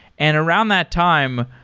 and around that time,